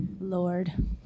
lord